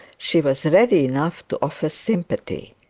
she was ready enough to offer sympathy.